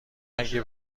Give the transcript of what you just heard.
اگه